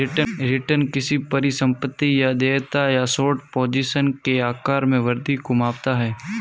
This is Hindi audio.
रिटर्न किसी परिसंपत्ति या देयता या शॉर्ट पोजीशन के आकार में वृद्धि को मापता है